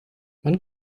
wann